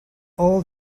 all